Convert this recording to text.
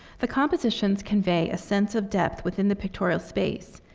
the compositions convey a sense of depth within the pictorial space.